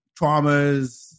traumas